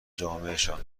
جامعهشان